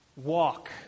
walk